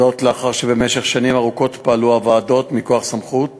זאת לאחר שבמשך שנים ארוכות פעלו הוועדות מכוח סמכות